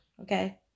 Okay